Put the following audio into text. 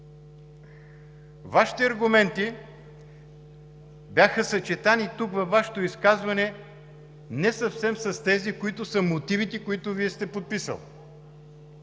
Вашите аргументи бяха съчетани тук – във Вашето изказване, не съвсем с тези, които са в мотивите, които Вие сте подписали,